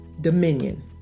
dominion